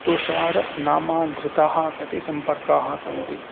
तुषारः नामाधृताः कति सम्पर्काः सन्ति